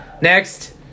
Next